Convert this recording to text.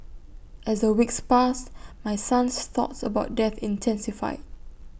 as the weeks passed my son's thoughts about death intensified